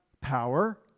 power